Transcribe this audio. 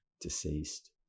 deceased